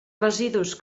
residus